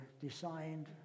designed